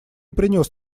принес